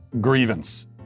grievance